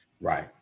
Right